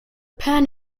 pen